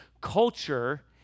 culture